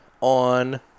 on